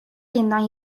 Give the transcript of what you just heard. yeniden